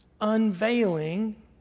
unveiling